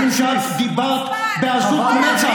משום שאת דיברת בעזות מצח,